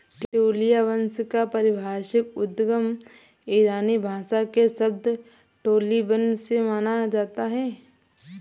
ट्यूलिया वंश का पारिभाषिक उद्गम ईरानी भाषा के शब्द टोलिबन से माना जाता है